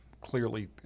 clearly